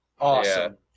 Awesome